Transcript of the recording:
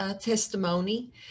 testimony